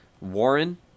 Warren